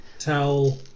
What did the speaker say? tell